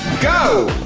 go!